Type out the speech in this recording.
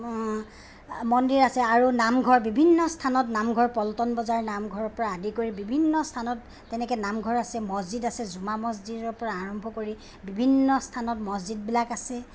মন্দিৰ আছে আৰু নামঘৰ বিভিন্ন স্থানত নামঘৰ পল্টন বজাৰ নামঘৰৰ পৰা আদি কৰি বিভিন্ন স্থানত তেনেকে নামঘৰ আছে মছজিদ আছে জুম্মা মছজিদৰ পৰা আৰম্ভ কৰি বিভিন্ন স্থানত মছজিদবিলাক আছে